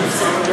כתוב?